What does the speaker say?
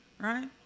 Right